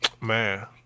Man